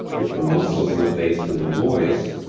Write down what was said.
with the muscles of the face and the voice,